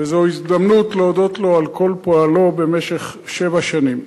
וזו הזדמנות להודות לו על כל פועלו במשך שבע שנים.